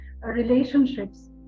relationships